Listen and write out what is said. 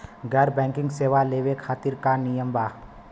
गैर बैंकिंग सेवा लेवे खातिर का नियम बा?